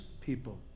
people